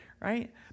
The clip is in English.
right